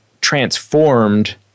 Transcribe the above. transformed